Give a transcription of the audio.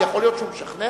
יכול להיות שהוא משכנע,